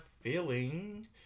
feeling